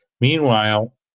Meanwhile